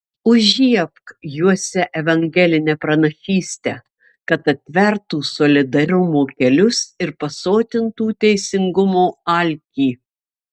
užžiebk juose evangelinę pranašystę kad atvertų solidarumo kelius ir pasotintų teisingumo alkį